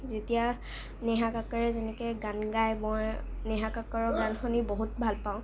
যেতিয়া নেহা কক্কাৰে যেনেকৈ গান গায় মই নেহা কক্কৰৰ গান শুনি বহুত ভালপাওঁ